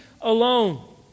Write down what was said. alone